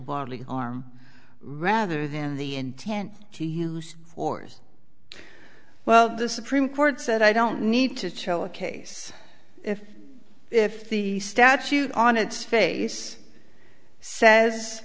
bodily harm rather than the intent to use force well the supreme court said i don't need to show a case if if the statute on its face says